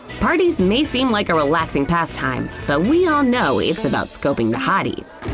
parties may seem like a relaxing past time, but we all know it's about scoping the hotties.